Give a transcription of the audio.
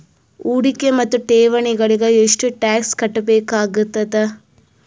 ಹೂಡಿಕೆ ಮತ್ತು ಠೇವಣಿಗಳಿಗ ಎಷ್ಟ ಟಾಕ್ಸ್ ಕಟ್ಟಬೇಕಾಗತದ?